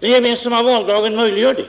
Den gemensamma valdagen möjliggör det.